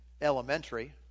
elementary